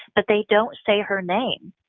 but they don't say her name,